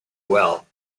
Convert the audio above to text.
well